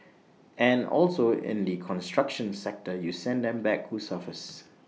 and also in the construction sector you send them back who suffers